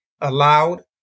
allowed